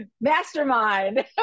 mastermind